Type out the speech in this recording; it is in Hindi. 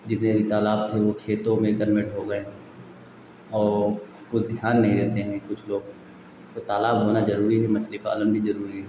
जितने भी तालाब थे वह खेतों में कन्वर्ट हो गए हैं और वह ध्यान नहीं देते हैं कुछ लोग तो तालाब होना ज़रूरी है मछली पालन भी ज़रूरी है